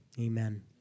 amen